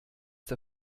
der